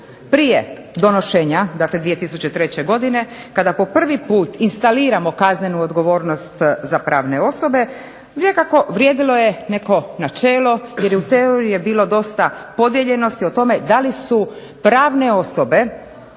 prije donošenja, dakle 2003. godine, kada po prvi put instaliramo kaznenu odgovornost za pravne osobe, nekako vrijedilo je neko načelo jer u teoriji je bilo dosta podijeljenosti o tome da li su pravne osobe